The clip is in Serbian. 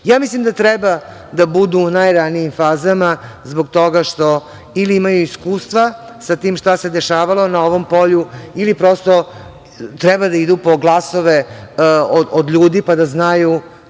mislim da treba da budu u najranijim fazama, zbog toga što ili imaju iskustva sa tim šta se dešavalo na ovom polju ili prosto treba da idu po glasove od ljudi, pa da znaju